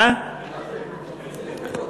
מקצרים